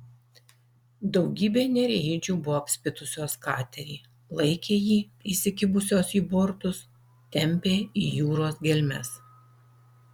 daugybė nereidžių buvo apspitusios katerį laikė jį įsikibusios į bortus tempė į jūros gelmes